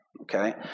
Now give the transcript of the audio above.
okay